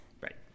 Right